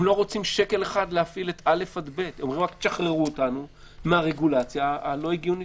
הם לא רוצים שקל אחד להפעיל רק שישחררו אותם מהרגולציה הלא הגיונית.